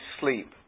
sleep